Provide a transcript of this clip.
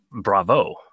bravo